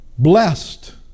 Blessed